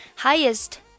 Highest